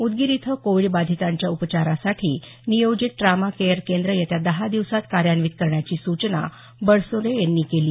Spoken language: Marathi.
उदगीर इथं कोविड बाधितांच्या उपचारासाठी नियोजित ट्रामा केअर केंद्र येत्या दहा दिवसांत कार्यान्वीत करण्याची सूचना बनसोडे यांनी केली